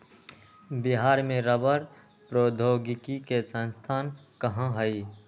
बिहार में रबड़ प्रौद्योगिकी के संस्थान कहाँ हई?